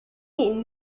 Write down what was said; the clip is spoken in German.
ihn